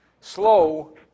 slow